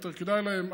יותר כדאי להם,